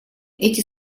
эти